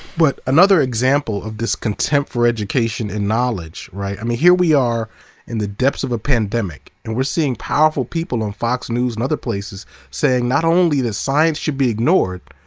but another example of this contempt for education and knowledge, right, i mean here we are in the depths of a pandemic, and we're seeing powerful people on fox news and other places saying not only that science should be ignored,